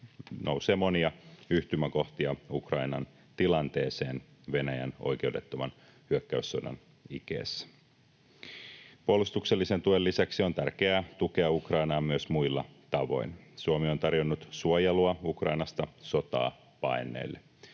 nousee monia yhtymäkohtia Ukrainan tilanteeseen Venäjän oikeudettoman hyökkäyssodan ikeessä. Puolustuksellisen tuen lisäksi on tärkeää tukea Ukrainaa myös muilla tavoin. Suomi on tarjonnut suojelua Ukrainasta sotaa paenneille.